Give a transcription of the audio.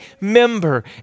member